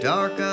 Dark